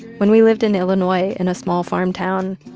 when we lived in illinois in a small, farm town,